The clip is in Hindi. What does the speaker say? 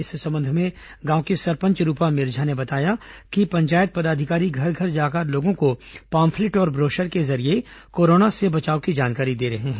इस संबंध में गांव की सरपंच रुपा मिर्झा ने बताया कि पंचायत पदाधिकारी घर घर जाकर लोगों को पाम्फलेट और ब्रोशर के जरिये कोरोना के बचाव की जानकारी दे रहे हैं